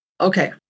Okay